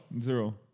Zero